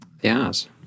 Yes